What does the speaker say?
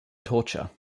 torture